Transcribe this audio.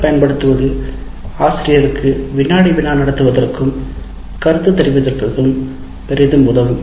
S பயன்படுத்துவது ஆசிரியருக்கு வினாடி வினா நடத்துவதற்கும் கருத்து தெரிவிப்பதற்கும் பெரிதும் உதவும்